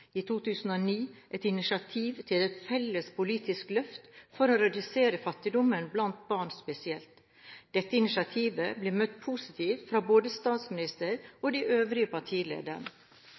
i 2009 initiativ til et felles politisk løft for å redusere fattigdommen blant barn spesielt. Dette initiativet ble positivt møtt av både statsministeren og de øvrige